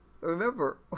Remember